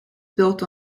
built